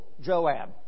Joab